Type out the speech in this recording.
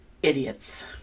idiots